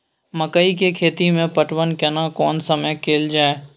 मकई के खेती मे पटवन केना कोन समय कैल जाय?